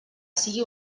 sigui